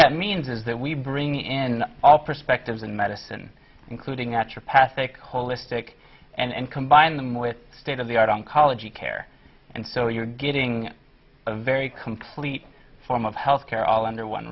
that means is that we bring in all perspectives in medicine including at your path to call list sick and combine them with state of the art on college you care and so you're getting a very complete form of health care all under one